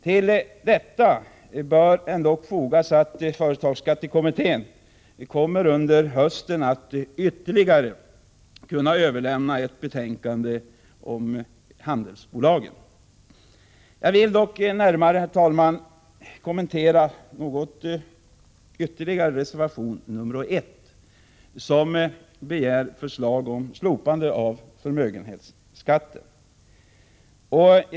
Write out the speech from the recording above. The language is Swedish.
Till detta bör fogas att företagsskattekommittén under hösten kommer att kunna överlämna ytterligare ett betänkande, om handelsbolagen. Jag vill emellertid ytterligare något kommentera reservation 1, som begär förslag om slopande av förmögenhetsskatten.